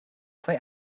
play